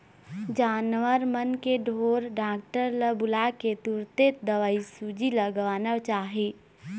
जानवर मन के ढोर डॉक्टर ल बुलाके तुरते दवईसूजी लगवाना चाही